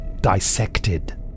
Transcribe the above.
dissected